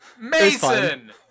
Mason